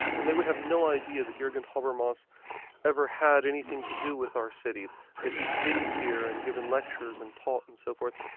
and they would have no idea that jurgen habermas ever had anything to do with our city that he's been here and given lectures and talked and so forth.